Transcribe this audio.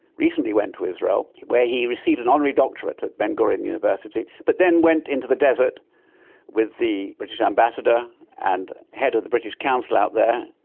recently went to israel where he received an honorary doctorate at ben-gurion university, but then went into the desert with the british ambassador and head of the british council out there,